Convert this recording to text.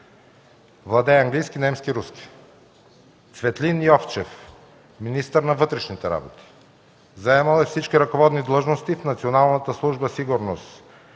Владее английски, немски, руски. Цветлин Йовчев – министър на вътрешните работи. Заемал е всички ръководни длъжности в Националната служба „Сигурност”;